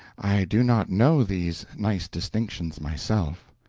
i do not know these nice distinctions myself.